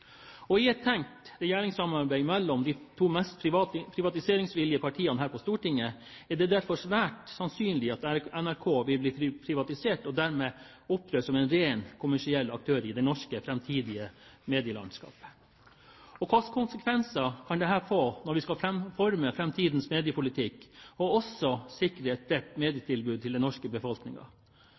samfunnsområder. I et tenkt regjeringssamarbeid mellom de to mest privatiseringsvillige partiene her på Stortinget er det derfor svært sannsynlig at NRK vil bli privatisert, og dermed opptre som en ren kommersiell aktør i det norske framtidige medielandskapet. Hvilke konsekvenser kan dette få når vi skal forme framtidens mediepolitikk, og også sikre et bredt medietilbud til den norske